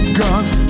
guns